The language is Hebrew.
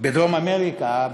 בדרום אמריקה,